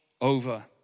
over